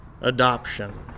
Adoption